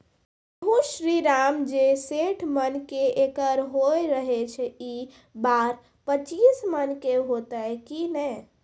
गेहूँ श्रीराम जे सैठ मन के एकरऽ होय रहे ई बार पचीस मन के होते कि नेय?